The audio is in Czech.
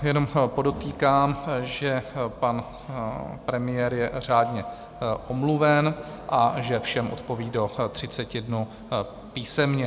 Jenom podotýkám, že pan premiér je řádně omluven a že všem odpoví do 30 dnů písemně.